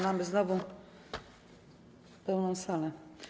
Mamy znowu pełną salę.